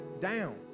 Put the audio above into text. down